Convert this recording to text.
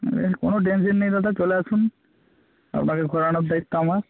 এ কোনও টেনশেন নেই দাদা চলে আসুন আপনাকে ঘোরানোর দায়িত্ব আমার